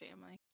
family